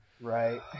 Right